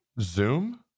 zoom